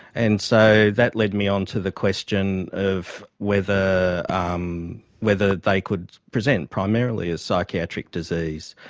and so that led me on to the question of whether um whether they could present primarily as psychiatric disease.